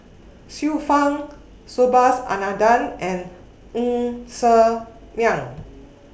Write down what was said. Xiu Fang Subhas Anandan and Ng Ser Miang